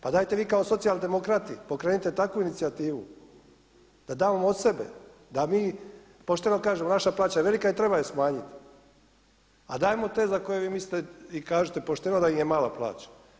Pa dajte vi kao socijaldemokrati pokrenite takvu inicijativu da damo od sebe, da mi pošteno kažemo naša plaća je velika i treba je smanjiti, a dajmo te za koje vi mislite i kažete pošteno da im je mala plaća.